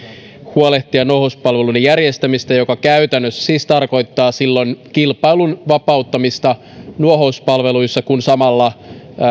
huolehtia nuohouspalveluiden järjestämisestä mikä käytännössä siis tarkoittaa silloin kilpailun vapauttamista nuohouspalveluissa kun samalla